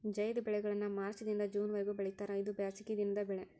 ಝೈದ್ ಬೆಳೆಗಳನ್ನಾ ಮಾರ್ಚ್ ದಿಂದ ಜೂನ್ ವರಿಗೂ ಬೆಳಿತಾರ ಇದು ಬ್ಯಾಸಗಿ ದಿನದ ಬೆಳೆ